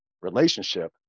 relationship